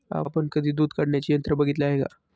आपण कधी दूध काढण्याचे यंत्र बघितले आहे का?